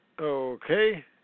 okay